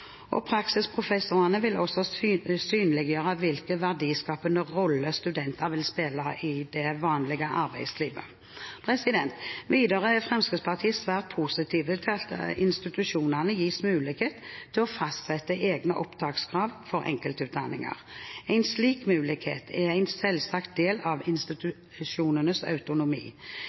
miljøet. Praksisprofessorene vil også synliggjøre hvilken verdiskapende rolle studenter vil spille i det vanlige arbeidslivet. Videre er Fremskrittspartiet svært positive til at institusjonene gis mulighet til å fastsette egne opptakskrav for enkeltutdanninger. En slik mulighet er en selvsagt del av institusjonenes autonomi.